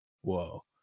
whoa